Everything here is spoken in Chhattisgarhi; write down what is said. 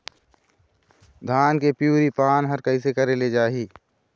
धान के पिवरी पान हर कइसे करेले जाही?